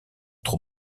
trop